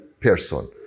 person